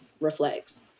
reflects